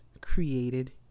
created